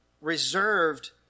Reserved